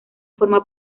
forma